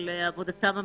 עבודתם המקצועית.